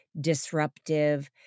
disruptive